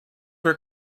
were